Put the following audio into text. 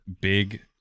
Big